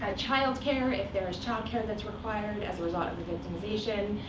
ah child care if there is child care that's required as a result of the victimization,